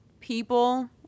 people